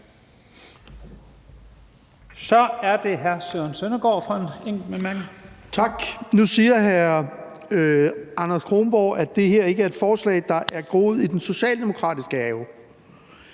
Kl. 15:57 Søren Søndergaard (EL): Tak. Nu siger hr. Anders Kronborg, at det her ikke er et forslag, der er groet i den socialdemokratiske have.